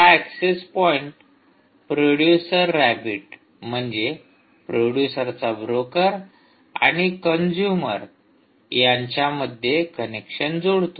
हा access point producer rabbit म्हणजे प्रोडूसरचा ब्रोकर आणि कंजुमर यांच्यामध्ये कनेक्शन जोडतो